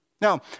Now